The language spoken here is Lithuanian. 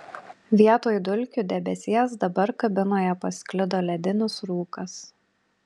vietoj dulkių debesies dabar kabinoje pasklido ledinis rūkas